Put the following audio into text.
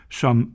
som